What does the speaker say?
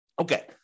Okay